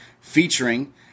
featuring